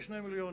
כ-2 מיליונים.